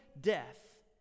death